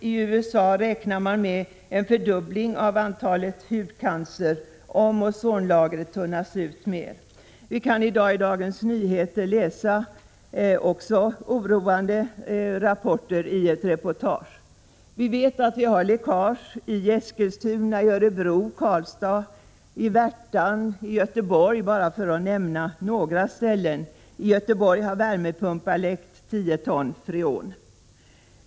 I USA räknar man med en fördubbling av antalet hudcancerfall, om ozonlagret ytterligare tunnas ut. Vi kan i dag i Dagens Nyheter läsa om oroande rapporter. Vi vet att det förekommer läckage i Eskilstuna, Örebro, Karlstad, Värtan, Göteborg, för att bara nämna några ställen. I Eskilstuna har en värmepump läckt ut 10 ton freon.